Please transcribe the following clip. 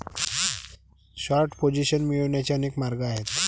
short position मिळवण्याचे अनेक मार्ग आहेत